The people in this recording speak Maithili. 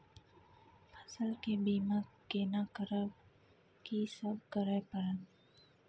फसल के बीमा केना करब, की सब करय परत?